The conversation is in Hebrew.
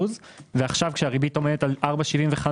בערך ועכשיו כשהריבית עומדת על 4.75,